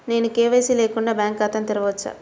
నేను కే.వై.సి లేకుండా బ్యాంక్ ఖాతాను తెరవవచ్చా?